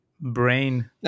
brain